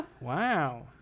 Wow